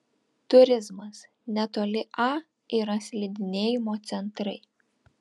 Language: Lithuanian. turizmas netoli a yra slidinėjimo centrai